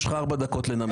יש לך ארבע דקות לנמק.